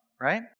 right